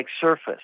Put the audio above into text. surface